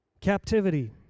Captivity